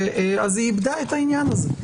אז היא איבדה את העניין הזה.